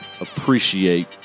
appreciate